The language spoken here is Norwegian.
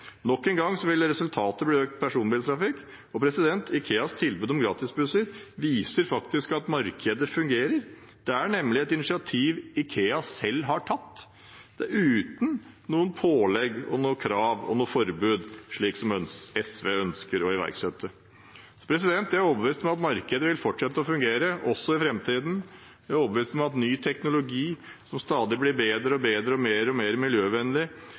Nok en gang vil resultatet bli økt personbiltrafikk. IKEAs tilbud om gratisbusser viser at markedet fungerer. Dette er nemlig et initiativ IKEA selv har tatt, uten noen pålegg, krav eller forbud, slik som SV ønsker å iverksette. Jeg er overbevist om at markedet vil fortsette å fungere også i framtiden. Jeg er overbevist om at ny teknologi, som stadig blir bedre og bedre og mer og mer miljøvennlig,